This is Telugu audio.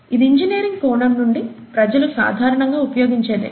ఇది ఇంజనీరింగ్ కోణం నుండి ప్రజలు సాధారణంగా ఉపయోగించేదే